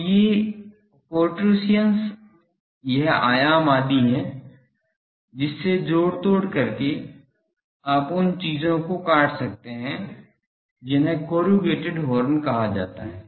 तो ये प्रोट्रूशियंस यह आयाम आदि हैं जिससे जोड़ तोड़ करके आप उन चीजों को काट सकते हैं जिन्हें कोरूगेटेड हॉर्न कहा जाता है